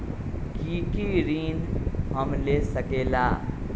की की ऋण हम ले सकेला?